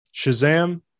shazam